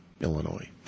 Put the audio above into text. Illinois